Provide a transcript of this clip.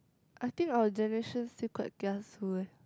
I think our generation still quite kiasu eh